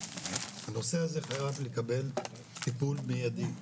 הנושא הזה חייב לקבל טיפול מיידי,